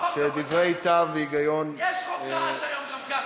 שדברי טעם והיגיון, יש חוק רעש היום גם ככה.